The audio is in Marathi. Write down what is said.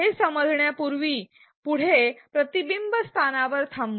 हे समजण्यापूर्वी पुढे प्रतिबिंबस्थानावर थांबू